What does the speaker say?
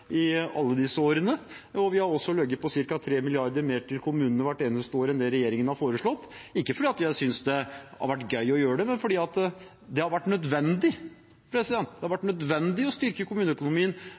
i alle disse årene, og vi har også lagt på ca. 3 mrd. kr mer til kommunene enn det regjeringen har foreslått, hvert eneste år, ikke fordi vi synes det har vært gøy å gjøre det, men fordi det har vært nødvendig